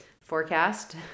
forecast